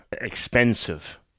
expensive